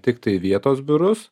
tiktai vietos biurus